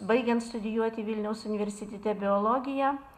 baigiant studijuoti vilniaus universitete biologiją